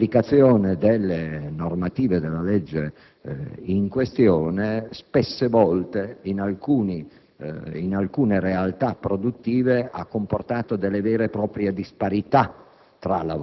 l'applicazione delle norme della legge in questione spesso, in alcune realtà produttive, ha comportato vere e proprie disparità